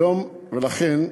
ולכן,